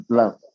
love